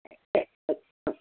சரி சரி ஓகே